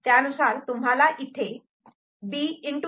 त्यानुसार तुम्हाला इथे B